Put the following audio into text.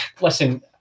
listen